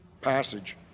passage